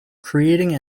creating